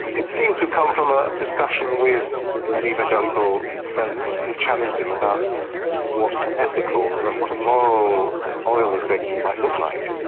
it seems to have come from a discussion with an evangelical friend who's challenged him about what an ethical, what a moral oil executive might look like.